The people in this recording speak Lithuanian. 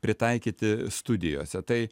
pritaikyti studijose tai